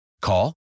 Call